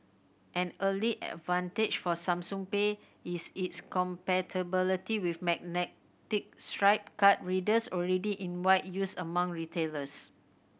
an early advantage for Samsung Pay is its compatibility with magnetic stripe card readers already in wide use among retailers